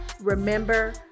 remember